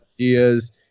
ideas